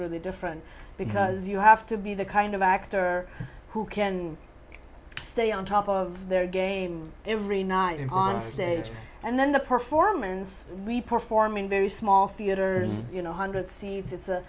really different because you have to be the kind of actor who can stay on top of their game every night on stage and then the performance report form in very small theatres you know hundred seats it's a